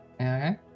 okay